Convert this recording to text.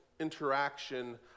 interaction